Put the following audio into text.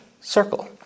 circle